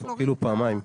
הוא כאילו פעמיים.